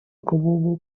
голову